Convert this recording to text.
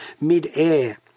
mid-air